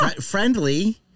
friendly